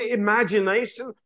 imagination